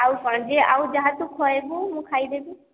ଆଉ କଣ ଯେ ଆଉ ଯାହା ତୁ ଖୁଆଇବୁ ମୁଁ ଖାଇଦେବି